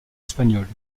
espagnole